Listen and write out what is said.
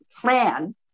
plan